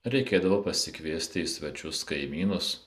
reikėdavo pasikviesti į svečius kaimynus